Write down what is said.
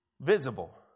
visible